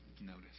notice